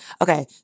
Okay